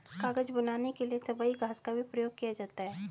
कागज बनाने के लिए सबई घास का भी प्रयोग किया जाता है